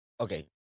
Okay